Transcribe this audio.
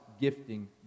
gifting